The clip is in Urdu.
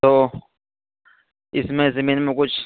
تو اس میں زمین میں کچھ